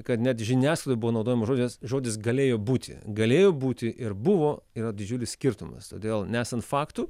kad net žiniasklaidoj buvo naudojamas žodis žodis galėjo būti galėjo būti ir buvo yra didžiulis skirtumas todėl nesant faktų